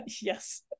yes